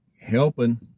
Helping